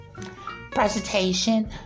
presentation